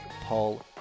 Paul